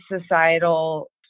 societal